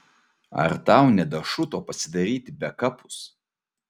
ar tau nedašuto pasidaryti bekapus